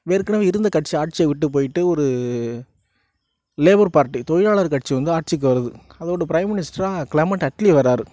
ஏற்கனவே இருந்த கட்சி ஆட்சியை விட்டு போய்ட்டு ஒரு லேபர் பார்ட்டி தொழிலாளர் கட்சி வந்து ஆட்சிக்கு வருது அதோடய பிரைம் மினிஸ்டராக கிளமண்ட் அட்லி வரார்